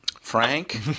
Frank